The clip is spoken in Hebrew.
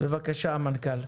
בבקשה, המנכ"ל.